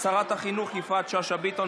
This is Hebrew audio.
שרת החינוך יפעת שאשא ביטון,